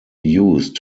used